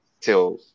till